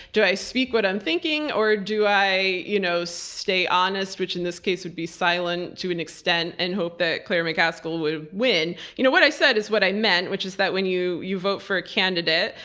do i speak what i'm thinking? or do i you know stay honest, which in this case would be silent to an extent, and hope that claire mccaskill would win. you know what i said is what i meant, which is that when you you vote for a candidate,